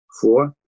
four